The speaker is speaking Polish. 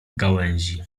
gałęzi